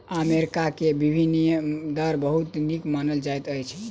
America के विनिमय दर बहुत नीक मानल जाइत अछि